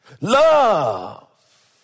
Love